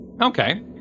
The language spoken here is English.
Okay